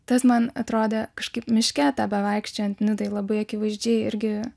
tas man atrodė kažkaip miške ten bevaikščiojant nidoje labai akivaizdžiai irgi